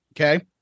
Okay